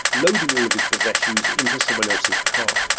loading all of his possessions into someone else's car.